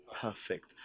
perfect